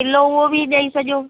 kilo उहो बि ॾेई सॼो